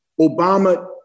Obama